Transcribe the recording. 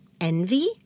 envy